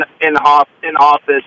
in-office